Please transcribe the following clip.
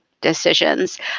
decisions